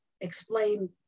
explain